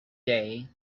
day